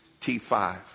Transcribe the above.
T5